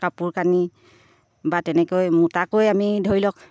কাপোৰ কানি বা তেনেকৈ মোটাকৈ আমি ধৰি লওক